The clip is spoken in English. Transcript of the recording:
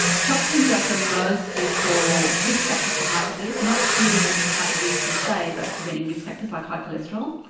the top ten drugs are mostly for risk factors for heart disease. they are not treating heart disease per se, but preventing risk factors like high cholesterol.